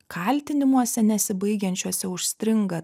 kaltinimuose nesibaigiančiuose užstringa